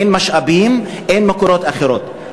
ואין משאבים ואין מקורות אחרים.